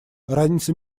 разница